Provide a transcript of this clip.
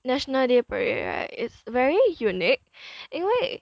national day parade right it's very unique 因为